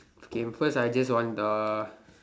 okay first I just want uh